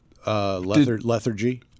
Lethargy